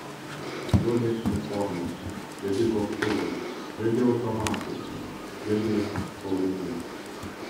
juodos uniformos juodi gobtuvai juodi automatai juodi auliniai